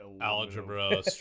Algebra